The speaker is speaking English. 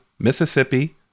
Mississippi